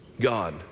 God